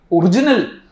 original